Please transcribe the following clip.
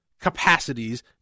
capacities